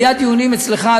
היו דיונים אצלך,